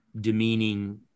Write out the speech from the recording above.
demeaning